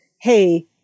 hey